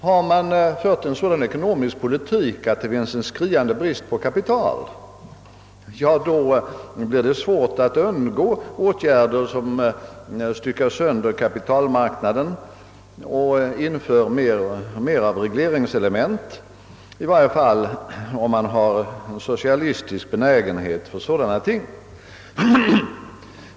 Har man fört en sådan ekonomisk politik, att det föreligger en skriande brist på kapital, då blir det svårt att undgå åtgärder som styckar sönder kapitalmarknaden och inför en rad regleringar. Detta gäller särskilt om man har en socialistisk benägenhet för sådana ting.